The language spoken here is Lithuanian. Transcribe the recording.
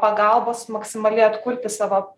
pagalbos maksimaliai atkurti savo